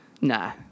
nah